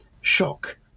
shock